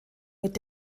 mit